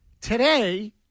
Today